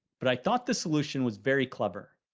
but i thought the solution was very clever.